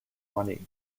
money